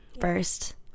first